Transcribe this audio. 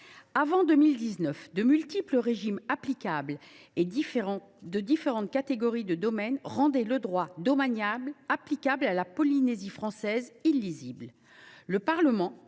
Avant 2019, de multiples régimes applicables et différentes catégories de domaines rendaient le droit domanial applicable à la Polynésie française illisible. Le Parlement